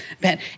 Ben